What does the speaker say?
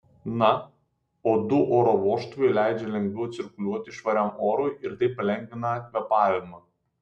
na o du oro vožtuvai leidžia lengviau cirkuliuoti švariam orui ir taip palengvina kvėpavimą